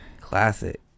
Classic